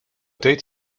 tgħid